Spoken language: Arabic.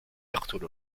يقتل